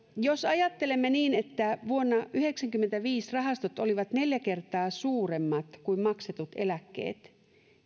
jos ajattelemme että vuonna yhdeksänkymmentäviisi rahastot olivat neljä kertaa suuremmat kuin maksetut eläkkeet